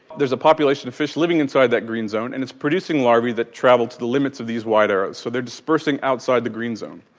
there's a population of fish living inside that green zone and it's producing larvae that travels to the limits of these white arrows so they are dispersing outside the green zone.